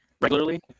regularly